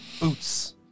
boots